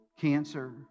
cancer